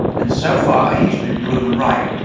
and so far, he's been proven right.